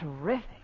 terrific